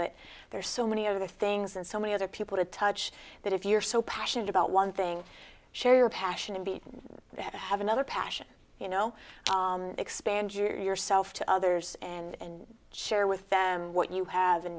but there are so many other things and so many other people to touch that if you're so passionate about one thing share your passion and be have another passion you know expand your self to others and share with them what you have and